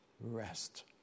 Rest